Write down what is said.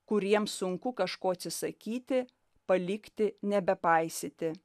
kuriems sunku kažko atsisakyti palikti nebepaisyti